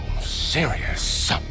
serious